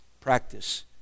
practice